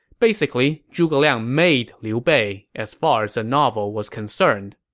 basically, zhuge liang made liu bei, as far as the novel was concerned.